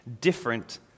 different